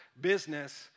business